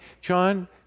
John